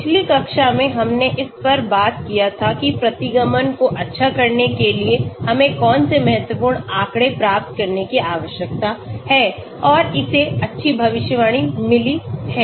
पिछली कक्षा में हमने इस पर बात किया था कि प्रतिगमन को अच्छा करने के लिए हमें कौन से महत्वपूर्ण आँकड़े प्राप्त करने की आवश्यकता है और इसे अच्छी भविष्यवाणी मिली है